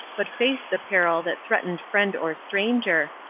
but face the peril that threatened friend or stranger,